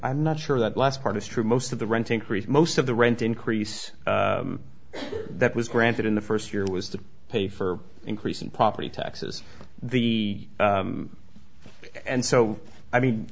i'm not sure that last part is true most of the renting creates most of the rent increase that was granted in the first year was to pay for increasing property taxes the and so i mean